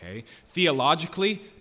Theologically